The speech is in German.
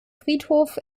friedhof